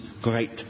great